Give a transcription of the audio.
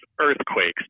earthquakes